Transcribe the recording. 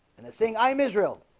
and the thing i'm israel